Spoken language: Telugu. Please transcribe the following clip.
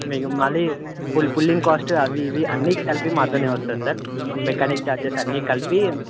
మీకు మళ్ళీ పుల్ పుల్లింగ్ కాస్ట్ అవి ఇవి అన్నీ కలిపి మాతోనే వస్తుంది సార్ మెకానిక్ చార్జెస్ అన్ని కలిపి